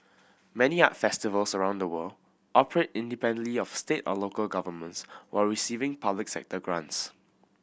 many art festivals around the world operate independently of state or local governments while receiving public sector grants